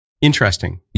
interesting